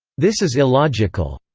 this is illogical.